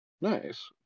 Nice